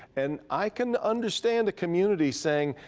and i can understand the community saying,